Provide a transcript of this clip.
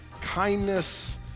kindness